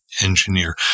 engineer